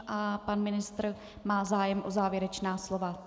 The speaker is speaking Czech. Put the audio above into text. A pan ministr má zájem o závěrečné slovo.